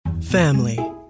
Family